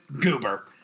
goober